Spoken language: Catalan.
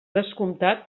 descomptat